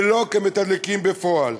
ולא כמתדלקים בפועל.